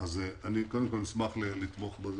אני אשמח לתמוך בזה.